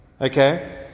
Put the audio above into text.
okay